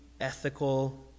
ethical